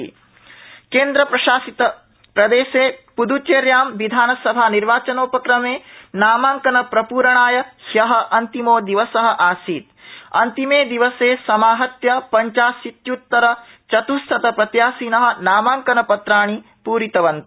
पुद्दच्चशी नामांकन केन्द्रशासितप्रदेशे पृदच्चेर्या विधानसभा निर्वाचनोपक्रमे नामांकनप्रप्रणाय हय अन्तिमो दिवस आसीत अन्तिमे दिवसे समाहत्य पंचाशीत्युत्तरचत्ःशत प्रत्याशिन नामांकनपत्राणि पूरितवन्त